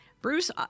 Bruce